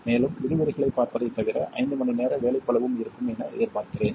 மேலும் விரிவுரைகளைப் பார்ப்பதைத் தவிர 5 மணிநேர வேலைப்பளுவும் இருக்கும் என எதிர்பார்க்கிறேன்